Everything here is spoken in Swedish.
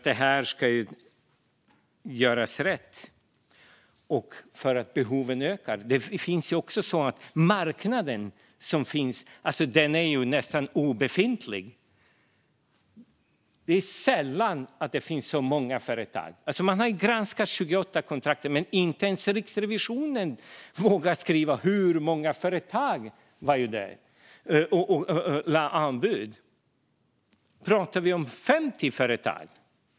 Behoven ökar, och det här måste göras rätt. Marknaden är nästan obefintlig. Det är sällan det finns många företag med. Man har granskat 28 kontrakt, men inte ens Riksrevisionen vågar skriva hur många företag som lade anbud. Pratar vi om 50 företag?